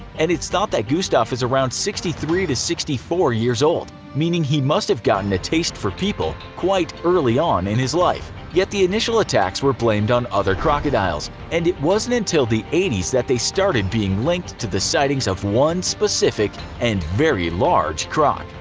and its thought that gustave is about sixty three sixty four years old, meaning he must have gotten a taste for people quite early on in his life. yet the initial attacks were blamed on other crocodiles, and it wasn't until the eighty s that they started being linked to the sightings of one specific, and very large croc.